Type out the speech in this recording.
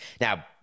Now